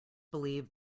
believe